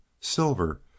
Silver